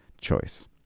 choice